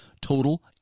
total